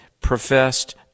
professed